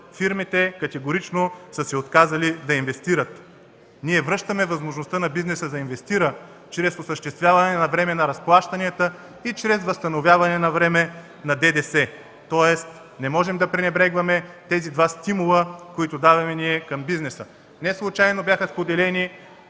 фирмите категорично са се отказали да инвестират. Ние връщаме възможността на бизнеса да инвестира чрез осъществяване навреме на разплащанията и чрез възстановяване навреме на данък добавена стойност. Не можем да пренебрегваме тези два стимула, които даваме ние към бизнеса. Неслучайно бяха споделени